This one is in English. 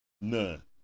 None